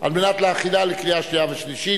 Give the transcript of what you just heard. על מנת להכינה לקריאה שנייה ושלישית.